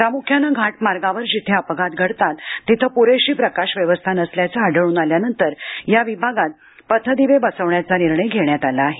प्रामुख्यानं घाट मार्गावर जिथे अपघात घडतात तिथं पुरेशी प्रकाश व्यवस्था नसल्याचं आढळून आल्यानंतर त्या भागात पथदिवे बसवण्याचा निर्णय घेण्यात आला आहे